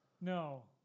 No